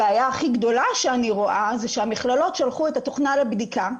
הבעיה הכי גדולה שאני רואה זה שהמכללות שלחו את התוכנה לבדיקה.